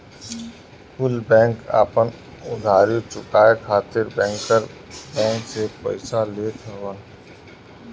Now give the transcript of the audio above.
कुल बैंक आपन उधारी चुकाए खातिर बैंकर बैंक से पइसा लेत हवन